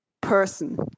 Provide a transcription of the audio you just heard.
person